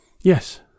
yes